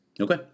Okay